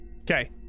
Okay